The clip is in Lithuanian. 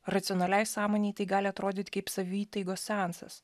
racionaliai sąmonei tai gali atrodyti kaip savitaigos seansas